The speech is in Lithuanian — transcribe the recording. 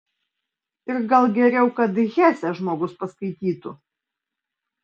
ir gal geriau kad hesę žmogus paskaitytų